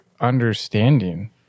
understanding